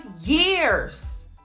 years